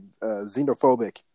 xenophobic